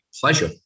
pleasure